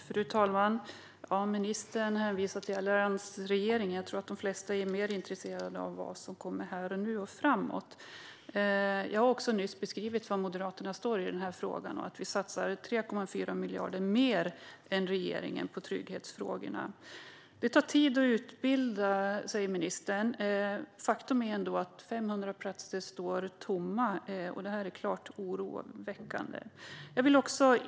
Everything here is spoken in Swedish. Fru talman! Ministern hänvisade till alliansregeringen. De flesta är nog mer intresserade av vad som sker här och nu och framöver. Jag har nyss beskrivit var Moderaterna står i den här frågan. Vi satsar 3,4 miljarder mer än regeringen på trygghetsfrågorna. Ministern sa att det tar tid att utbilda. Faktum är att 500 platser står tomma, och det är oroväckande.